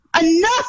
enough